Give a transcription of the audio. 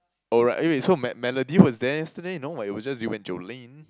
oh right eh wait so so Melody was there yesterday no what it was just you and Jolene